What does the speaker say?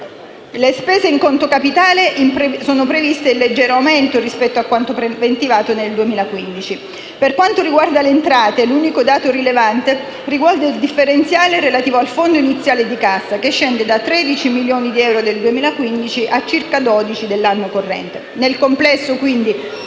Le spese in conto capitale sono previste in leggero aumento rispetto a quanto preventivato nel 2015. Per quanto riguarda le entrate, l'unico dato rilevante riguarda il differenziale relativo al Fondo iniziale di cassa, che scende da 13,155 milioni di euro del 2015 a 12,355 milioni di euro nel corrente anno. Nel complesso, quindi,